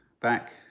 Back